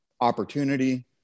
opportunity